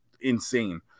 Insane